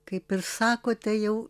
kaip ir sakote jau